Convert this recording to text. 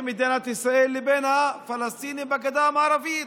מדינת ישראל לבין הפלסטינים בגדה המערבית.